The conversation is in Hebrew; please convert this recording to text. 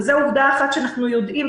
זה עובדה אחת שאנחנו יודעים,